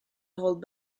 hold